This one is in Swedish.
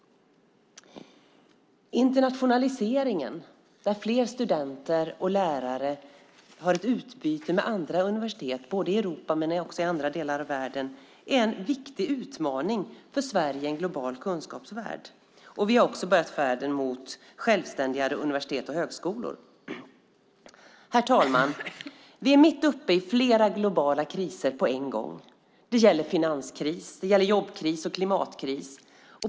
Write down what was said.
Internationaliseringen, där studenter och lärare har ett utbyte med andra universitet både i Europa och i andra delar av världen, är en viktig utmaning för Sverige i en global kunskapsvärld. Vi har också börjat färden mot självständigare universitet och högskolor. Herr talman! Vi är mitt uppe i flera globala kriser på en gång. Det gäller finanskris, jobbkris och klimatkris.